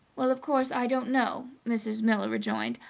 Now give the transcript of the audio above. well, of course, i don't know, mrs. miller rejoined.